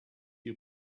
you